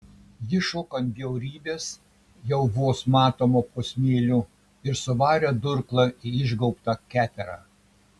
ji šoko ant bjaurybės jau vos matomo po smėliu ir suvarė durklą į išgaubtą keterą